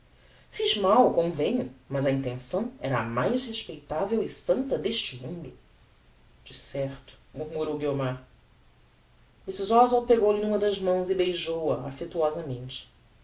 fiz mal convenho mas a intenção era a mais respeitavel e santa deste mundo de certo murmurou guiomar mrs oswald pegou-lhe n'uma das mãos e beijou-a affectuosamente